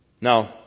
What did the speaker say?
Now